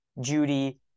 Judy